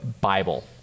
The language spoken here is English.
Bible